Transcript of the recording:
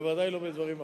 בוודאי לא בדברים מכריעים.